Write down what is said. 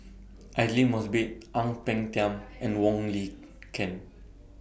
Aidli Mosbit Ang Peng Tiam and Wong Lin Ken